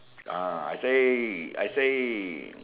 ah I say I say